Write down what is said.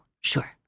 Sure